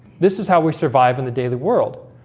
this is how we survive in the daily world.